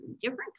different